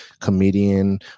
comedian